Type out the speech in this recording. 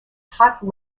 hot